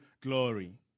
glory